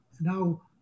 now